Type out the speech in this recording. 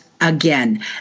again